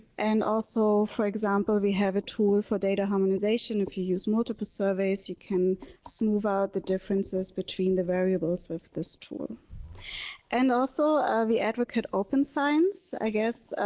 and also for example we have a tool for data harmonization if you use multiple surveys you can smooth out the differences between the variables with this tool and also we advocate open science i guess